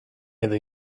edo